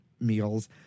meals